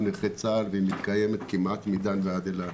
נכי צה"ל והיא מתקיימת כמעט מדן ועד אילת.